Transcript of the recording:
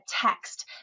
text